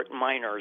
miners